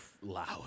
loud